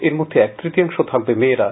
এর মধ্যে এক ত্রতীয়াংশ থাকবে মেয়েরা